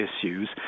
issues